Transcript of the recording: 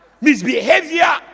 misbehavior